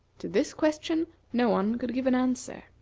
to this question no one could give an answer,